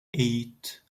eight